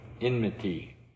enmity